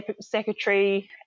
secretary